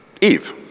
Eve